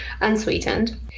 unsweetened